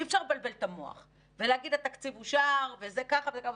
אי אפשר לבלבל את המוח ולהגיד התקציב אושר וזה ככה וזה ככה.